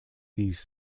these